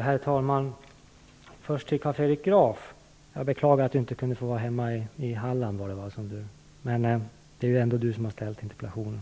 Herr talman! Jag beklagar att Carl Fredrik Graf inte kunde få vara hemma i Halland, men det är ju ändå han som har ställt interpellationen.